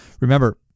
Remember